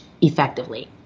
effectively